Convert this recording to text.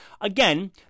Again